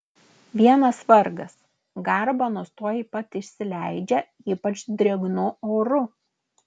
vienas vargas garbanos tuoj pat išsileidžia ypač drėgnu oru